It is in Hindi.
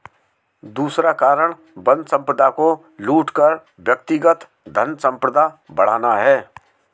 दूसरा कारण वन संपदा को लूट कर व्यक्तिगत धनसंपदा बढ़ाना है